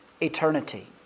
eternity